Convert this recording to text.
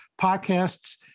podcasts